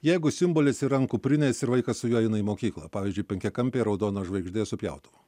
jeigu simbolis yr ant kuprinės ir vaikas su juo eina į mokyklą pavyzdžiui penkiakampė raudona žvaigždė su pjautuvu